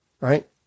right